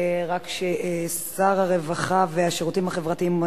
רק ששר הרווחה והשירותים החברתיים,